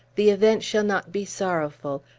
the event shall not be sorrowful,